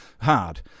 Hard